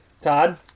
Todd